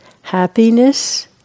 Happiness